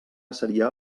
seria